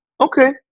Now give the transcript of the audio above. okay